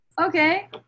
okay